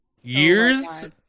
Years